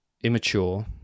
immature